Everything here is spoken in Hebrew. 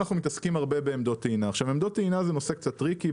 אנחנו מתעסקים הרבה בעמדות טעינה וזה נושא קצת טריקי.